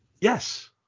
Yes